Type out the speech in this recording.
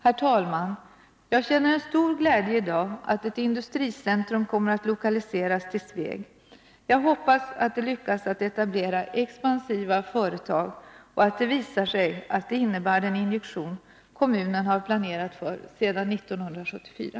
Herr talman! Jag känner i dag en stor glädje över att ett industricentrum kommer att lokaliseras till Sveg. Jag hoppas att det lyckas etablera expansiva företag och att det visar sig att det innebär den injektion som kommunen har planerat för sedan 1974.